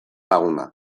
laguna